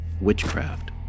witchcraft